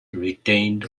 retained